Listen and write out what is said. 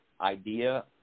idea